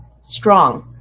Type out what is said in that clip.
Strong